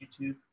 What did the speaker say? YouTube